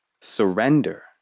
surrender